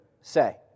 say